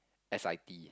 s_i_t